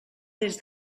des